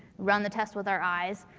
run the test with our eyes.